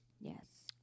yes